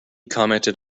commented